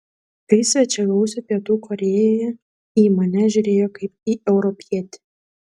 kai svečiavausi pietų korėjoje į mane žiūrėjo kaip į europietį